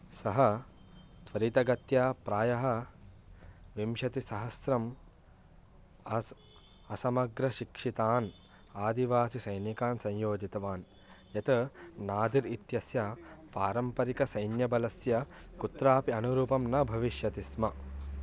सः त्वरितगत्या प्रायः विंशतिसहस्रम् आसम् असमग्रशिक्षितान् आदिवासिसैनिकान् संयोजितवान् यत् नादिर् इत्यस्य पारम्परिकसैन्यबलस्य कुत्रापि अनुरूपं न भविष्यति स्म